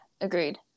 agreed